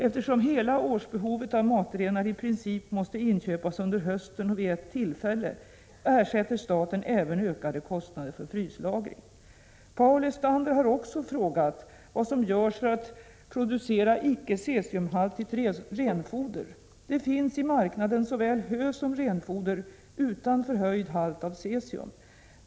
Eftersom hela årsbehovet av matrenar i princip måste inköpas under hösten och vid ett tillfälle, ersätter staten även ökade kostnader för fryslagring. Paul Lestander har också frågat vad som görs för att producera icke cesiumhaltigt renfoder. Det finns i marknaden såväl hö som renfoder utan förhöjd halt av cesium.